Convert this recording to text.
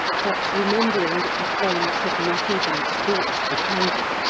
but remembering that the flames had not even scorched the canvas,